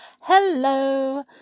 Hello